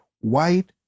white